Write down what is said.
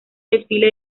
desfile